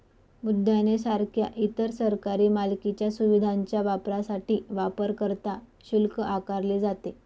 उद्याने सारख्या इतर सरकारी मालकीच्या सुविधांच्या वापरासाठी वापरकर्ता शुल्क आकारले जाते